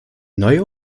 neue